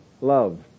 love